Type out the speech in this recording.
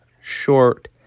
short